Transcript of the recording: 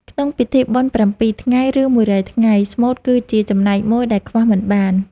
ក្នុងពិធីបុណ្យ៧ថ្ងៃ ឬ១០០ថ្ងៃ ស្មូតគឺជាចំណែកមួយដែលខ្វះមិនបាន។